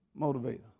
motivator